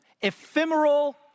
ephemeral